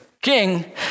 King